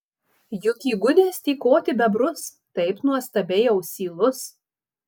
juk įgudęs tykoti bebrus taip nuostabiai ausylus